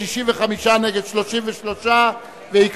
65 בעד, 33 נגד, אין נמנעים.